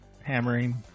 hammering